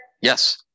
Yes